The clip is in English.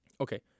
Okay